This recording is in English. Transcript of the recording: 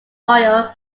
oil